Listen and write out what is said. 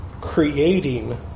creating